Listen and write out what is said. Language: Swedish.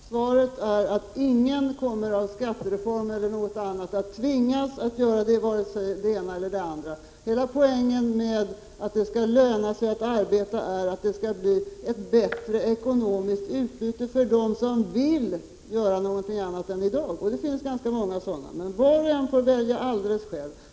Herr talman! Svaret är att ingen kommer att tvingas att öka sin arbetstid vare sig på grund av skattereformer eller på grund av någonting annat. Poängen med att det skall löna sig att arbeta är att det skall bli ett bättre ekonomiskt utbyte för dem som vill göra någonting annat än i dag, och det finns ganska många sådana. Men var och en får välja alldeles själv.